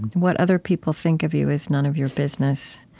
what other people think of you is none of your business.